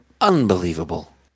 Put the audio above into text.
unbelievable